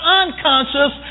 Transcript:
unconscious